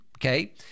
Okay